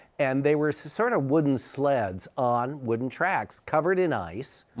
and they were so so and wooden sleds on wooden tracks covered in ice.